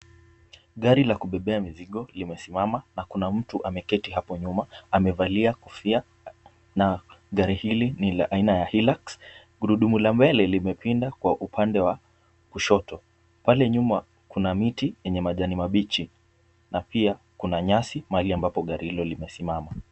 Gari la kubebea mizigo limesimama na kuna mtu ameketi hapo nyuma amemalia kofia na gari hili ni la aina ya Hilux, gurudumu la mbele limepinda kwa upande wa kushoto. Pale nyuma kuna miti yenye majani mabichi. Na pia kuna nyasi mahali ambapo gari hilo limesimama.